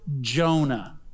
Jonah